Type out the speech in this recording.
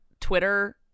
Twitter